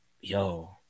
yo